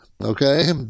okay